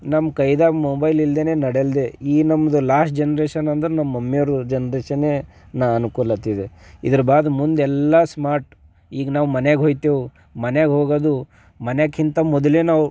ನಮ್ಮ ಕೈಯಾಗ ಮೊಬೈಲ್ ಇಲ್ದೇ ನಡೆಲ್ದೆ ಈ ನಮ್ದು ಲಾಸ್ಟ್ ಜನ್ರೇಷನ್ ಅಂದ್ರೆ ನಮ್ಮ ಮಮ್ಮಿಯರು ಜನ್ರೇಷನೇ ನಾ ಅಂದ್ಕೊಳ್ತಿದೆ ಇದರ ಬಾದ ಮುಂದೆಲ್ಲ ಸ್ಮಾರ್ಟ್ ಈಗ ನಾವು ಮನೆಯಾಗೆ ಹೋಗ್ತೇವೆ ಮನೆಯಾಗೆ ಹೋಗೋದು ಮನೆಗಿಂತ ಮೊದಲೇ ನಾವು